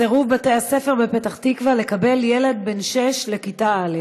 סירוב בתי-הספר בפתח-תקווה לקבל ילד בן שש לכיתה א',